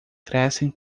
crescem